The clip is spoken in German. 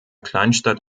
kleinstadt